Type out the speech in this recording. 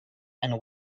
and